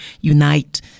unite